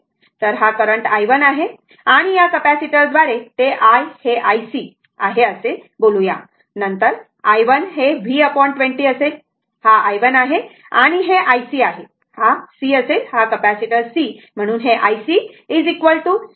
तर हा current i1 आहे आणि या कॅपेसिटरद्वारे ते i हे i c आहे असे बोलूया नंतर i1 हे v20 असेल हा i 1 आहे आणि हे i c आहे हा c असेल हा c हा कॅपॅसिटीर म्हणून ic c dvdt